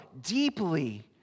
deeply